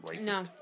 No